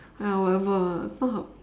!aiya! whatever lah not her